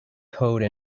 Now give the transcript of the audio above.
code